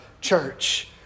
church